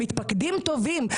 המתפקדים טובים,